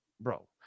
Bro